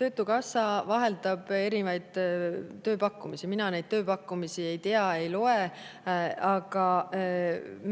Töötukassa vahendab erinevaid tööpakkumisi, mina neid tööpakkumisi ei tea, ei loe. Aga